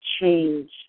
change